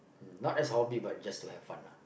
not as hobby but just to have fun lah